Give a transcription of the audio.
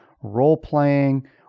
role-playing